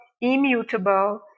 immutable